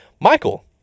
Michael